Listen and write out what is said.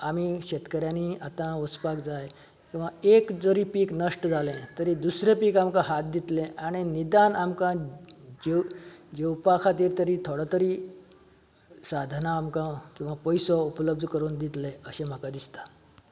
आमी शेतकऱ्यांनी आता वचपाक जाय किंवां एक जरी पीक नश्ट जाले तरी दुसरें पीक आमकां हात दितले आनी निदान आमकां जेवपाक कितें तरी थोडो तरी सादनां आमकां किंवां पयसो उपलब्द करून दितले अशें म्हाका दिसता